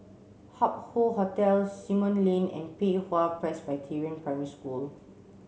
Hup Hoe Hotel Simon Lane and Pei Hwa Presbyterian Primary School